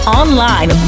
online